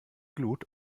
glut